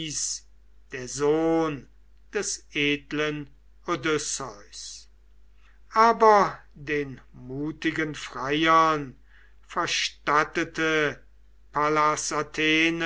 der sohn des edlen odysseus aber den mutigen freiern verstattete pallas